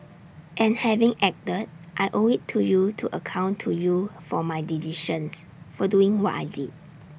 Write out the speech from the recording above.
and having acted I owe IT to you to account to you for my decisions for doing what I did